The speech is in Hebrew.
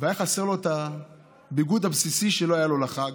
והיה חסר לו הביגוד הבסיסי שלא היה לו לחג,